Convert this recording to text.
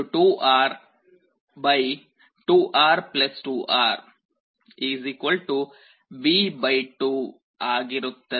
2R 2R 2R V 2 ಆಗಿರುತ್ತದೆ